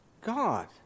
God